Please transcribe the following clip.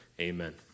Amen